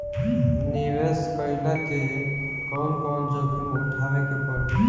निवेस कईला मे कउन कउन जोखिम उठावे के परि?